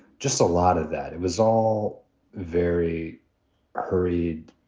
just a lot of that. it was all very hurried,